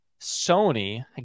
Sony